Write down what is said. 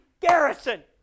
Garrison